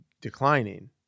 declining